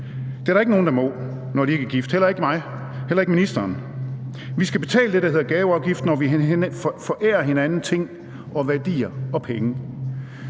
Det er der ikke nogen der må, når de ikke er gift, heller ikke mig, heller ikke ministeren. Vi skal betale det, der hedder gaveafgift, når vi forærer hinanden ting og værdier og penge.